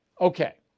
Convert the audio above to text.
Okay